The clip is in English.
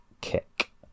kick